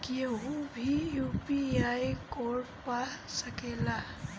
केहू भी UPI code पा सकेला?